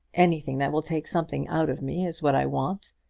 anything that will take something out of me is what i want.